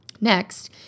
Next